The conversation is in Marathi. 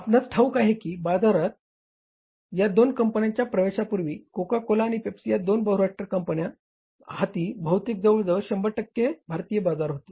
आपणास ठाऊक आहे की भारतीय बाजारात या दोन कंपन्यांच्या प्रवेशापूर्वी कोका कोला आणि पेप्सी या दोन बहुराष्ट्रीय कंपन्यांच्या हाती बहुतेक जवळजवळ 100 टक्के बाजार होते